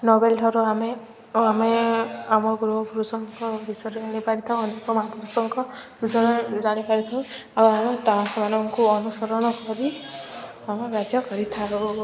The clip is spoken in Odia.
ନୋଭେଲ୍ ଠାରୁ ଆମେ ଆମେ ଆମ ପୂର୍ବପୁରୁଷଙ୍କ ବିଷୟରେ ଜାଣିପାରିଥାଉ ଅନେକ ମହାପୁରୁଷଙ୍କ ବିଷୟରେ ଜାଣିପାରିଥାଉ ଆଉ ଆମେ ତା'ମାନଙ୍କୁ ଅନୁସରଣ କରି ଆମ କାର୍ଯ୍ୟ କରିଥାଉ